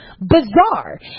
bizarre